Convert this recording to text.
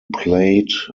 played